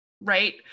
right